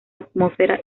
atmósfera